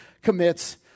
commits